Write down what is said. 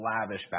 lavish